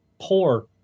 poor